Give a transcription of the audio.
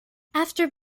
after